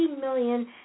million